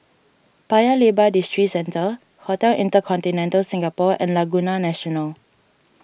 Paya Lebar Districentre Hotel Intercontinental Singapore and Laguna National